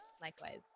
likewise